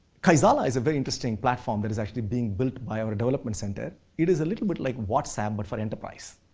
kaizala is a very interesting platform that is actually being built by our development center. it is a little bit like whatsapp but for enterprise.